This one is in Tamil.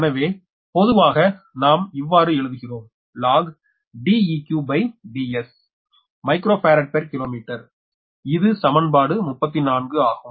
எனவே பொதுவாக நாம் இவ்வாறு எழுதுகிறோம் log DeqDsமைக்ரோ பாரட் பெர் கிலோமீட்டர் இது சமன்பாடு 34 ஆகும்